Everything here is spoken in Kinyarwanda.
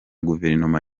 guverinoma